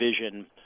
vision